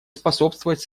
способствовать